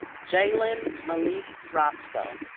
jalen malek roscoe